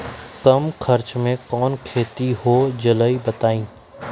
कम खर्च म कौन खेती हो जलई बताई?